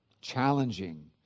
challenging